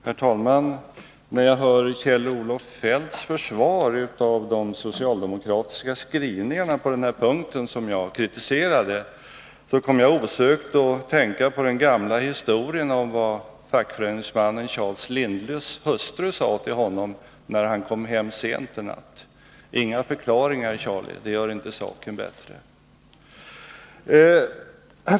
Herr talman! När jag hör Kjell-Olof Feldts försvar av de socialdemokratiska skrivningarna på den här punkten som jag kritiserade, kommer jag osökt att tänka på den gamla historien om vad fackföreningsmannen Charles Lindleys hustru sade till honom när han kom hem sent en natt: Inga förklaringar, Charlie, det gör inte saken bättre.